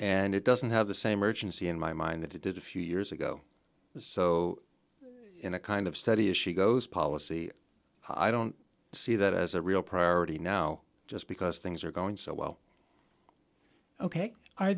and it doesn't have the same urgency in my mind that it did a few years ago so in a kind of steady as she goes policy i don't see that as a real priority now just because things are going so well ok are